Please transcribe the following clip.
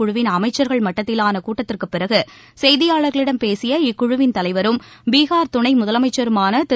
குழுவிள் அமைச்சர்கள் மட்டத்திலாள கூட்டத்திற்கு பிறகு செய்தியாளர்களிடம் பேசிய இக்குழவின் தலைவரும் பீகார் துணை முதலமைச்சருமான திரு